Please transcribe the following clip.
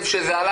יחד עם זאת,